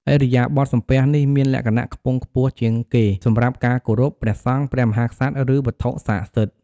ឥរិយាបថសំពះនេះមានលក្ខណៈខ្ពង់ខ្ពស់ជាងគេសម្រាប់ការគោរព ព្រះសង្ឃ ព្រះមហាក្សត្រ ឬវត្ថុស័ក្តិសិទ្ធិ។